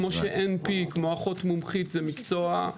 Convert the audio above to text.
כמו שאחות מומחית זה מקצוע,